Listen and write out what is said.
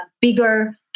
bigger